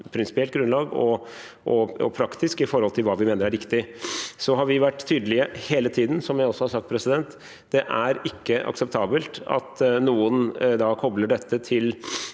prinsipielt grunnlag og praktisk ut fra hva vi mener er riktig. Vi har vært tydelige hele tiden, og som jeg også har sagt, er det ikke akseptabelt at noen kobler dette til